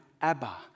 Abba